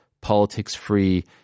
politics-free